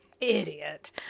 Idiot